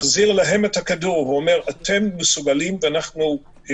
מחזירה להם את הכדור ואומרת: אתם מסוגלים ויחידות